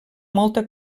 molta